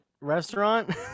restaurant